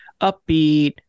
upbeat